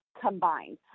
combined